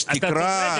יש תקרה,